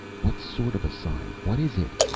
what sort of sign? what is it?